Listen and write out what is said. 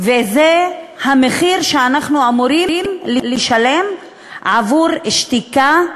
וזה המחיר שאנחנו אמורים לשלם עבור שתיקה,